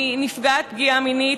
היא נפגעת תקיפה מינית,